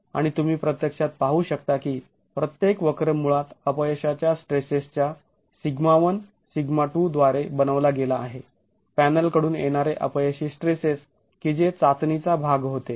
आणि तुम्ही प्रत्यक्षात पाहू शकता की प्रत्येक वक्र मुळात अपयशाच्या स्ट्रेसेसच्या σ1 σ2 द्वारे बनवला गेला आहे पॅनल कडून येणारे अपयशी स्ट्रेसेस की जे चाचणीचा भाग होते